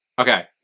Okay